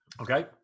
Okay